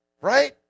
right